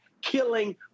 killing